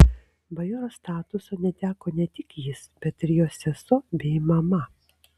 bajoro statuso neteko ne tik jis bet ir jo sesuo bei mama